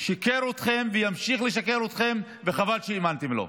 הוא שיקר אתכם וימשיך לשקר אתכם, וחבל שהאמנתם לו.